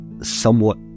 somewhat